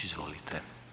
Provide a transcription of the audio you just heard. Izvolite.